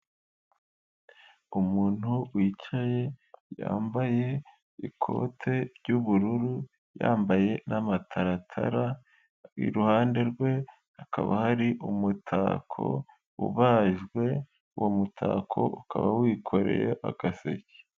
Umuntu wicaye, yambaye ikote ry'ubururu, yambaye n'amataratara. Iruhande rwe hakaba hari umutako ubajwe, uwo mutako ukaba wikoreye agaseke.